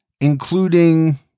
including